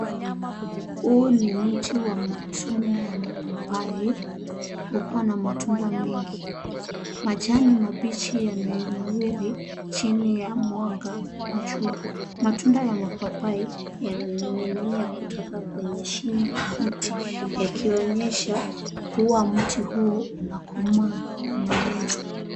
Huu ni mti wa mtunda ya mapapai, ukiwa na matunda mengi, majani mabichi yanayonawiri chini ya mwanga wa jua. Matunda ya mapapai yananinginia kutoka kwenye shina la mti yakionyesha kua mti huu unakomaa na unaweza.